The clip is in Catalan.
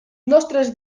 nostres